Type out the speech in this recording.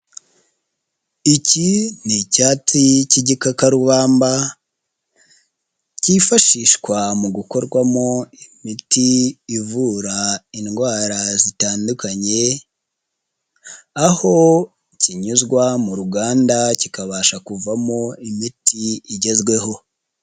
Iki ni icyatsi cy'igikakarubamba, cyifashishwa mu gukorwamo imiti ivura indwara zitandukanye, aho kinyuzwa mu ruganda kikabasha kuvamo imiti igezweho.